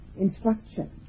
instruction